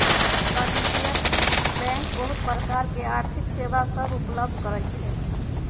वाणिज्यिक बैंक बहुत प्रकार के आर्थिक सेवा सभ उपलब्ध करइ छै